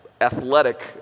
athletic